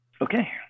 Okay